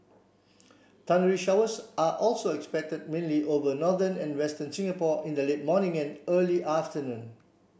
thundery showers are also expected mainly over northern and western Singapore in the late morning and early afternoon